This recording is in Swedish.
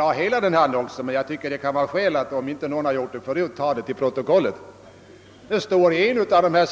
upp hela annonsen, men det kan vara skäl att ta en del av annonsen till protokollet för den händelse ingen har sett den förut.